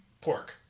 pork